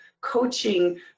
coaching